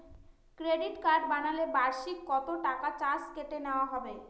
Credit card বানালে বার্ষিক কত টাকা চার্জ কেটে নেওয়া হবে?